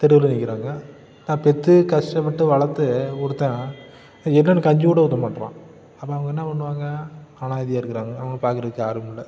தெருவில் நிற்கிறாங்க தான் பெற்றுக் கஷ்டப்பட்டு வளர்த்து கொடுத்தா அது என்னனு கஞ்சி கூட ஊற்ற மாட்டேறான் அப்போ அவங்க என்ன பண்ணுவாங்க அனாதையாக இருக்கிறாங்க அவங்கள பார்க்குறதுக்கு யாரும் இல்லை